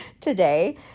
today